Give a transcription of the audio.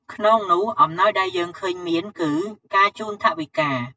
ក្នុងនោះអំណោយដែលយើងឃើញមានគឺ ការជូនថវិកា។